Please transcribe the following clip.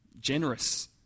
Generous